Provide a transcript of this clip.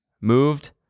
Moved